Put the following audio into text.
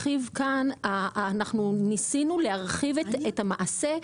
ניסינו להרחיב את המעשה,